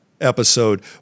episode